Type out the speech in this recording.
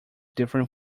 different